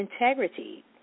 integrity